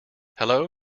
hello